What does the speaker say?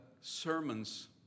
sermons